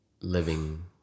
living